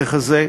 ככזה,